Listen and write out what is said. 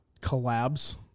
collabs